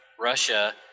Russia